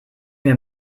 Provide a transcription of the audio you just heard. mir